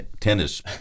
tennis